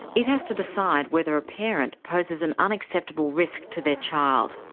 it has to decide whether a parent poses an unacceptable risk to their child.